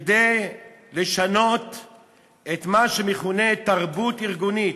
כדי לשנות את מה שמכונה "תרבות ארגונית".